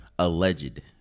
Alleged